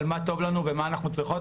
על מה טוב לנו ומה אנחנו צריכות,